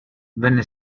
venne